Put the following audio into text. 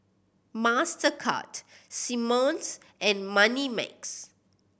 Mastercard Simmons and Moneymax